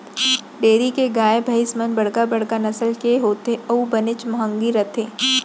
dairy के गाय भईंस मन बड़का बड़का नसल के होथे अउ बनेच महंगी रथें